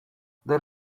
there